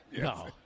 No